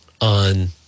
on